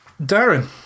Darren